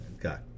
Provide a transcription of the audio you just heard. Got